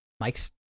Mike's